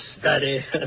study